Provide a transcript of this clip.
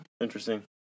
Interesting